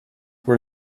were